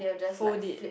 fold it